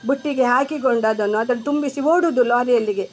ಬುಟ್ಟಿಗೆ ಹಾಕಿಕೊಂಡು ಅದನ್ನು ಅದ್ರಲ್ಲಿ ತುಂಬಿಸಿ ಓಡೋದು ಲಾರಿಯಲ್ಲಿಗೆ